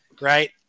Right